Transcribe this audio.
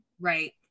right